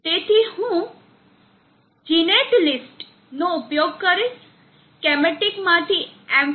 તેથી હું જીનેટલિસ્ટ નો ઉપયોગ કરીશ સ્કેમેટીક માંથી mppt